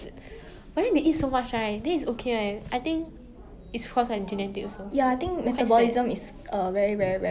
mm ya